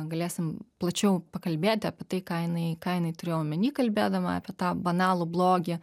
galėsim plačiau pakalbėt apie tai ką jinai ką jinai turėjo omeny kalbėdama apie tą banalų blogį